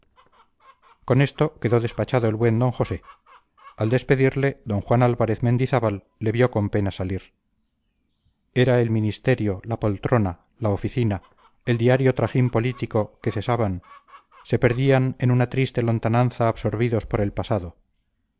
con esto quedó despachado el buen don josé al despedirle d juan álvarez mendizábal le vio con pena salir era el ministerio la poltrona la oficina el diario trajín político que cesaban se perdían en una triste lontananza absorbidos por el pasado